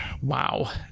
Wow